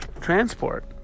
transport